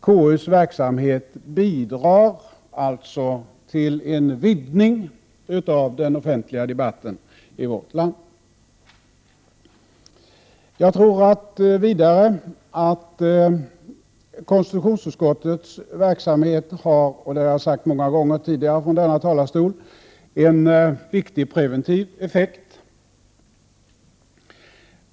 KU:s verksamhet bidrar alltså till en vidgning av den offentliga debatten i vårt land. Vidare tror jag att konstitutionsutskottets verksamhet har — och det har jag sagt många gånger tidigare från denna talarstol —en viktig preventiv effekt.